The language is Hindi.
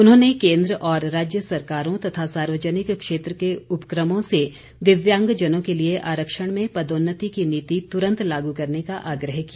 उन्होंने केन्द्र और राज्य सरकारों तथा सार्वजनिक क्षेत्र के उपक्रमों से दिव्यांगजनों के लिए आरक्षण में पदोन्नति की नीति तुरन्त लागू करने का आग्रह किया